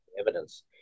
evidence